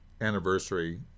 anniversary